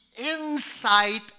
insight